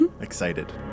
Excited